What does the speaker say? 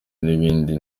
n’ibindi